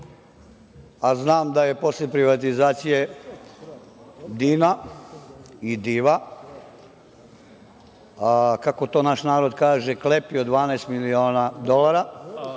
a znam da je posle privatizacije DIN-a i DIV-a, kako to naš narod kaže, klepio 12 miliona dolara